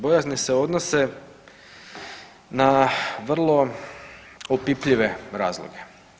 Bojazni se odnose na vrlo opipljive razloge.